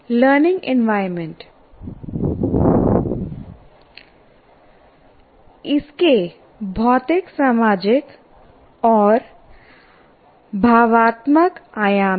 learning environment इसके भौतिक सामाजिक और भावनात्मक आयाम हैं